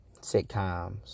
sitcoms